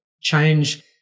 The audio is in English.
change